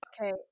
okay